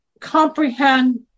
comprehend